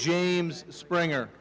james springer